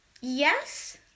Yes